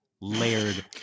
layered